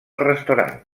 restaurant